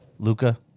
Luca